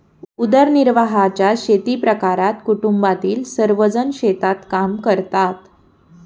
उदरनिर्वाहाच्या शेतीप्रकारात कुटुंबातील सर्वजण शेतात काम करतात